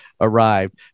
arrived